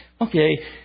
Okay